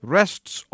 rests